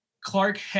Clark